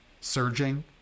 surging